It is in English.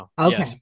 Okay